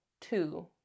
two